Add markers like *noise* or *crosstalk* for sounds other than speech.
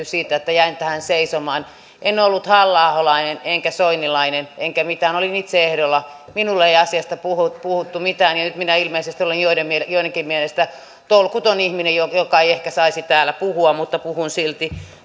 *unintelligible* siitä että jäin tähän seisomaan en ollut halla aholainen enkä soinilainen enkä mitään olin itse ehdolla minulle ei asiasta puhuttu puhuttu mitään ja nyt minä ilmeisesti olen joidenkin mielestä tolkuton ihminen joka ei ehkä saisi täällä puhua mutta puhun silti